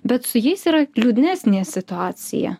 bet su jais yra liūdnesnė situacija